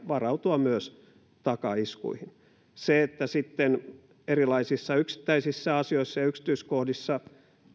varautua myös takaiskuihin se että sitten erilaisissa yksittäisissä asioissa ja yksityiskohdissa